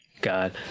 God